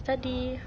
study